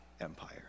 empire